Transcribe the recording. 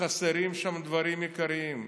חסרים שם דברים עיקריים,